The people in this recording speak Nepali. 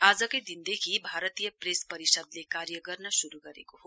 आजकै दिनदेखी भारतीय प्रेस परिषदले कार्य गर्न शुरु गरेको हो